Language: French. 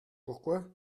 pourquoi